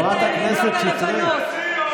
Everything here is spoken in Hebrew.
חברת הכנסת שטרית.